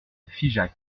figeac